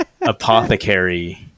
Apothecary